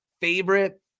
favorite